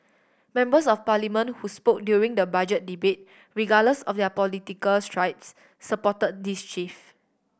members of Parliament who spoke during the Budget debate regardless of their political stripes support this shift